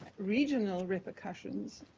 regional repercussions.